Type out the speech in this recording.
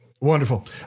Wonderful